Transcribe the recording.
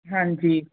ਹਾਂਜੀ